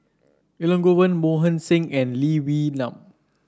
Elangovan Mohan Singh and Lee Wee Nam